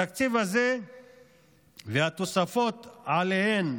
התקציב הזה והתוספות שעליהן